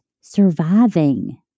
surviving